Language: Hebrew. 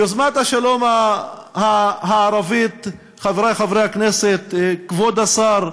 יוזמת השלום הערבית, חברי חברי הכנסת, כבוד השר,